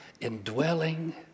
indwelling